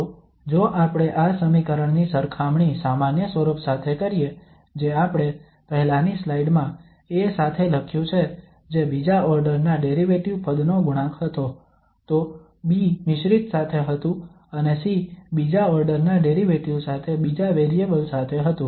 તો જો આપણે આ સમીકરણની સરખામણી સામાન્ય સ્વરૂપ સાથે કરીએ જે આપણે પહેલાની સ્લાઇડમાં A સાથે લખ્યું છે જે બીજા ઓર્ડર ના ડેરિવેટિવ પદનો ગુણાંક હતો તો B મિશ્રિત સાથે હતું અને C બીજા ઓર્ડર ના ડેરિવેટિવ સાથે બીજા વેરિયેબલ સાથે હતું